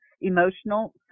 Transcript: emotional